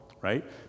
right